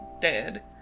dead